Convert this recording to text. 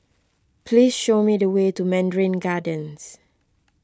please show me the way to Mandarin Gardens